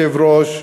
כבוד היושב-ראש,